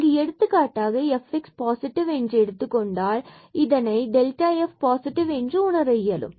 இங்கு எடுத்துக்காட்டாக நாம் fx பாசிட்டிவ் என்று எடுத்துக்கொண்டால் பின்பு நம்மால் இதனை f பாசிட்டிவ் என்று உணர இயலும்